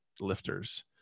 lifters